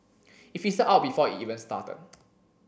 it fizzled out before it even started